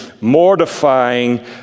mortifying